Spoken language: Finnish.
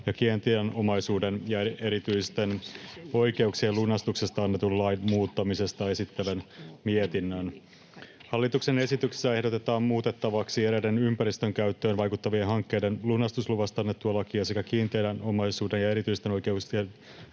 ja kiinteän omaisuuden ja erityisten oikeuksien lunastuksesta annetun lain muuttamisesta. Esittelen mietinnön. Hallituksen esityksessä ehdotetaan muutettavaksi eräiden ympäristön käyttöön vaikuttavien hankkeiden lunastusluvasta annettua lakia sekä kiinteän omaisuuden ja erityisten oikeuksien